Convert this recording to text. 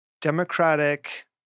democratic